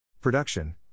Production